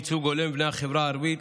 ייצוג הולם לבני החברה הערבית,